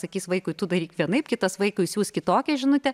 sakys vaikui tu daryk vienaip kitas vaikui siųs kitokią žinutę